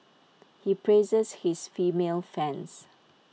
he praises his female fans